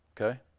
okay